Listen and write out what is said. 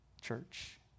church